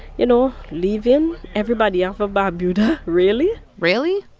you know, leaving everybody off of barbuda. really? really?